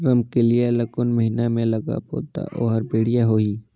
रमकेलिया ला कोन महीना मा लगाबो ता ओहार बेडिया होही?